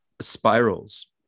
spirals